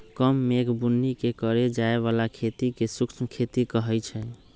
कम मेघ बुन्नी के करे जाय बला खेती के शुष्क खेती कहइ छइ